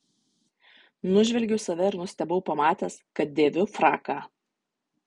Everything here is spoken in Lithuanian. nužvelgiau save ir nustebau pamatęs kad dėviu fraką